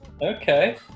Okay